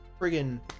Friggin